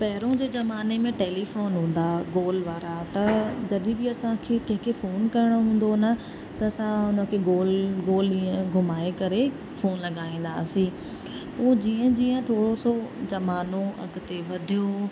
पहिरों जे ज़माने में टैलीफ़ोन हूंदा हुआ गोल वारा त जॾहिं बि असांखे कंहिंखे फ़ोन करिणो हूंदो हो न त असां उन खे गोल गोल ईअं घुमाए करे फ़ोन लॻाईंदासीं उहो जीअं जीअं थोरो सो ज़मानो अॻिते वधियो